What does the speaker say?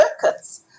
circuits